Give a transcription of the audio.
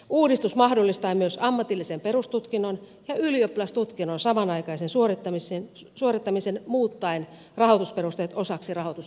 uudistus mahdollistaa myös ammatillisen perustutkinnon ja ylioppilastutkinnon samanaikaisen suorittamisen muuttaen rahoitusperusteet osaksi rahoitusjärjestelmää